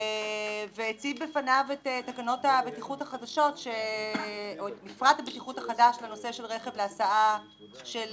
והציג בפניו את מפרט הבטיחות החדש לנושא של רכב להסעה של